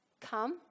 come